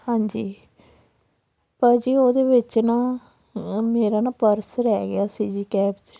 ਹਾਂਜੀ ਭਾਅ ਜੀ ਉਹਦੇ ਵਿੱਚ ਨਾ ਮੇਰਾ ਨਾ ਪਰਸ ਰਹਿ ਗਿਆ ਸੀ ਜੀ ਕੈਬ 'ਚ